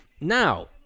Now